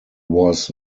was